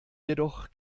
jedoch